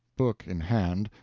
book in hand,